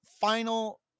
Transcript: final